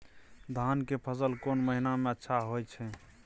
धान के फसल कोन महिना में अच्छा होय छै?